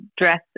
dress